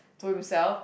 to himself